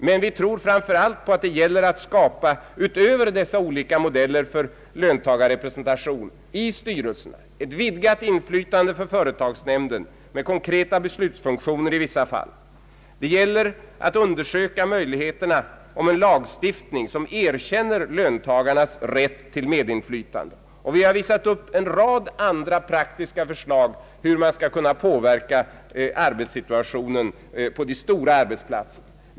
Men vi tror framför allt på att det gäller att skapa, utöver dessa olika modeller för löntagarrepresentation i styrelserna, ett vidgat inflytande för företagsnämnden med konkreta beslutsfunktioner i vissa fall. Det gäller att undersöka möjligheterna till en lagstiftning, som erkänner löntagarnas rätt till medinflytande. Vi har visat upp en rad andra praktiska förslag hur man skall kunna påverka arbetssituationen på de stora arbetsplatserna.